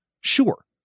Sure